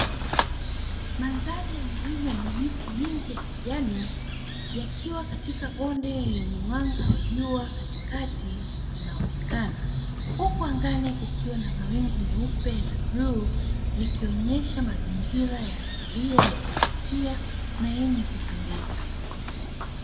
Mandhari ya milima yenye miti mingi ya kijani yakiwa katika bonde lenye mwanga wa jua katikati kunaonekana huku angani kukiwa na mawingu meupe na bluu ikionesha mazingira asilia ya kuvutia na yenye kupendeza.